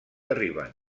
arriben